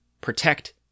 protect